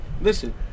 Listen